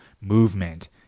movement